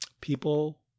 people